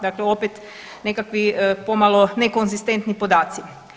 Dakle opet nekakvi pomalo nekonzistentni podaci.